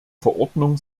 verordnung